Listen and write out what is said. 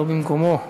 לא במקומו.